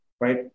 right